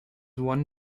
one